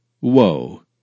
woe